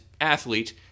athlete